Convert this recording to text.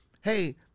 Hey